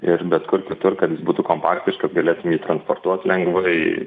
ir bet kur kitur kad jis būtų kompaktiškas galėtum jį transportuot lengvai